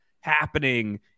happening